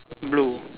blue